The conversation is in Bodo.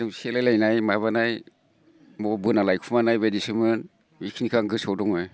सेलायलायनाय माबानाय बबावबा बोना लायखुमानाय बिदिसोमोन इखिनिखौ आं गोसोआव दङ